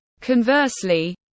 Conversely